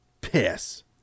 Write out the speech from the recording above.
piss